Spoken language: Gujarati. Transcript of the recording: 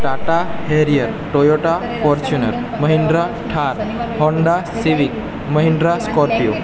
Tata Harrier Toyota Fortuner Mahindra Thar Honda Civic Mahindra Scorpio